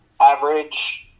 average